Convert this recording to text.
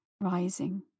rising